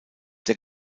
der